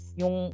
yung